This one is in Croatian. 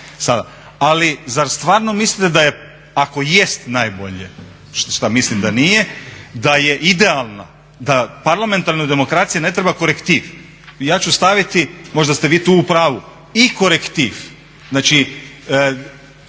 Ali zar stvarno mislite da je ako jest najbolje, šta mislim da nije, da je idealna da parlamentarnoj demokraciji ne treba korektiv? Ja ću staviti, možda ste vi tu u pravu i korektiv, znači